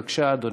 בבקשה, אדוני.